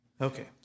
Okay